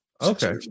Okay